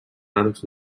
arcs